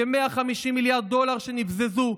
כ-150 מיליארד דולר נבזזו,